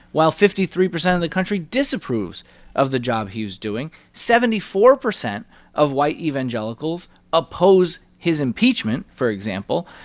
while fifty three percent of the country disapproves of the job he's doing. seventy-four percent of white evangelicals oppose his impeachment, for example.